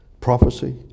prophecy